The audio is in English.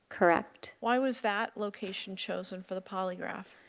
correct. why was that location chosen for the polygraph?